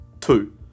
two